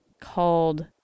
called